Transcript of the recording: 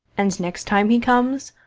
and next time he comes,